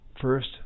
first